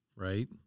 right